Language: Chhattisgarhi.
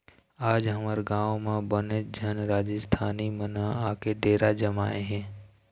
आज हमर गाँव म बनेच झन राजिस्थानी मन ह आके डेरा जमाए हे